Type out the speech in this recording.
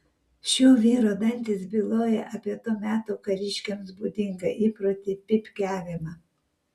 šio vyro dantys byloja apie to meto kariškiams būdingą įprotį pypkiavimą